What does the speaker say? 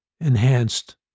enhanced